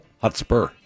Hotspur